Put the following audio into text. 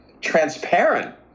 transparent